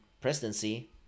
presidency